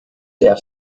der